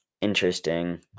interesting